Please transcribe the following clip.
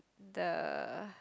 the